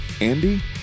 Andy